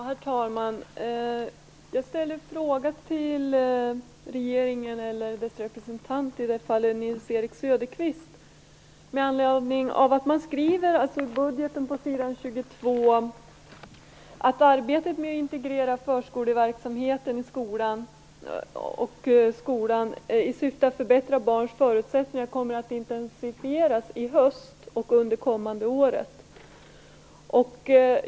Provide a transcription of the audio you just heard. Herr talman! Jag har en fråga till regeringens representant med anledning av att man i budgetpropositionen skriver att arbetet med integrerad verksamhet mellan förskola och skola i syfte att förbättra barns förutsättningar kommer att intensifieras i höst och under det kommande året.